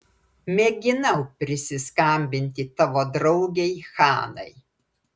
mėginau prisiskambinti tavo draugei hanai